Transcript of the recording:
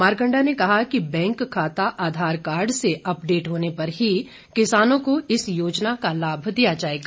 मारकंडा ने कहा कि बैंक खाते आधार कार्ड से अपडेट होने पर ही किसानों को इस योजना का लाभ दिया जाएगा